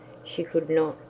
she could not,